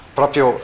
proprio